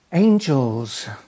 Angels